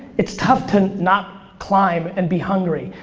it's tough to not climb and be hungry.